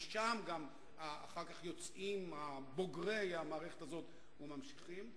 ומשם אחר כך יוצאים בוגרי המערכת הזאת וממשיכים.